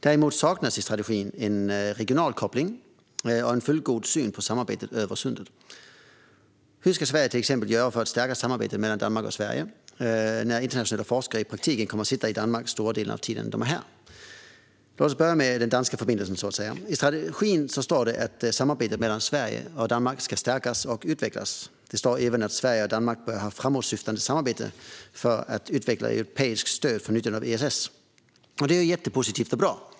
Däremot saknas i strategin en regional koppling och en fullgod syn på samarbetet över Sundet. Hur ska Sverige till exempel göra för att stärka samarbetet mellan Danmark och Sverige när internationella forskare i praktiken kommer att sitta i Danmark stora delar av tiden de är här? Låt oss börja med den danska förbindelsen, så att säga. I strategin står det att samarbetet mellan Sverige och Danmark ska stärkas och utvecklas. Det står även att Sverige och Danmark bör ha ett framåtsyftande samarbete för att utveckla ett europeiskt stöd för nyttjande av ESS, och det är jättepositivt och bra.